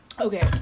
Okay